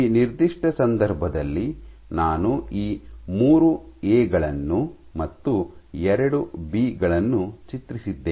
ಈ ನಿರ್ದಿಷ್ಟ ಸಂದರ್ಭದಲ್ಲಿ ನಾನು ಈ ಮೂರು ಎ ಗಳನ್ನು ಮತ್ತು ಎರಡು ಬಿ ಗಳನ್ನು ಚಿತ್ರಿಸಿದ್ದೇನೆ